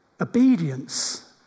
obedience